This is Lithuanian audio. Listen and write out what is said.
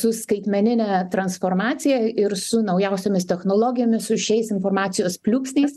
su skaitmenine transformacija ir su naujausiomis technologijomis su šiais informacijos pliūpsniais